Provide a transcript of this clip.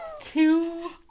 two